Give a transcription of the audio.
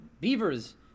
beavers